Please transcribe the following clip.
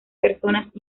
personas